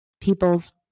people's